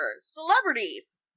celebrities